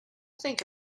think